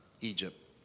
Egypt